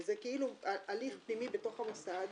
וזה כאילו הליך פנימי במוסד.